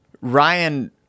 Ryan